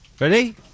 Ready